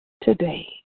today